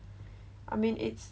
I mean it's